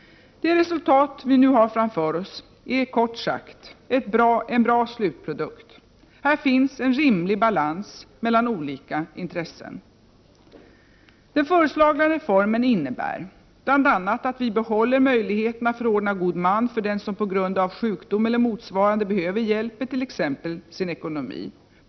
Det resultat som vi nu har framför oss är, kort sagt, en bra slutprodukt. Där finns en rimlig balans mellan olika intressen. Den föreslagna reformen innebär bl.a. att vi behåller möjligheterna att förordna god man för den som på grund av sjukdom eller motsvarande behöver hjälp med t.ex. sin ekonomi.